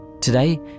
Today